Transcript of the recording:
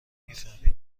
میفهمی